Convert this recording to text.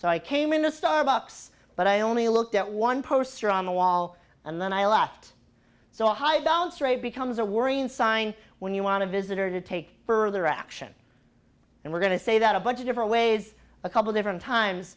so i came in the starbucks but i only looked at one poster on the wall and then i left so high down straight becomes a worrying sign when you want a visitor to take further action and we're going to say that a bunch of different ways a couple different times